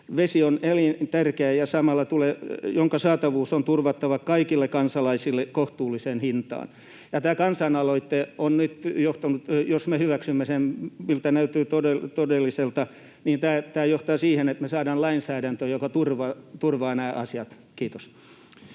vesi on elintärkeä ja sen saatavuus on turvattava kaikille kansalaisille kohtuulliseen hintaan. Tämä kansalaisaloite — jos me hyväksymme sen, mikä näyttää todelliselta — johtaa siihen, että me saadaan lainsäädäntö, joka turvaa nämä asiat. — Kiitos.